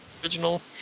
original